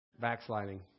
backsliding